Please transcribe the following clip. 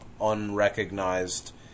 unrecognized